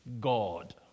God